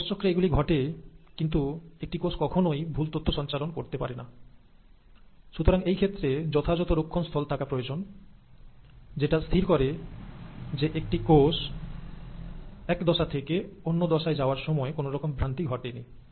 কোষ চক্রে এগুলি ঘটে কিন্তু একটি কোষ কখনোই ভুল তথ্য সঞ্চালন করতে পারে না সুতরাং এই ক্ষেত্রে যথাযথ রক্ষণ স্থল থাকা প্রয়োজন যেটা স্থির করে যে একটি কোষ এক দশা থেকে অন্য দশায় যাওয়ার সময় কোনরকম ভ্রান্তি ঘটেনি